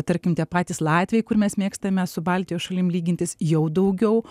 tarkim tie patys latviai kur mes mėgstame su baltijos šalim lygintis jau daugiau